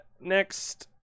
next